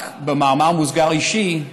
רק במאמר מוסגר אישי,